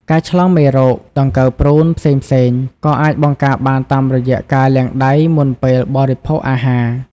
ការឆ្លងមេរោគ ដង្កូវព្រូន ផ្សេងៗ ក៏អាចបង្ការបានតាមរយៈការលាងដៃមុនពេលបរិភោគអាហារ។